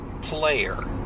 player